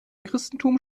christentum